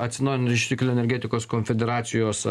atsinaujinančių išteklių energetikos konfederacijos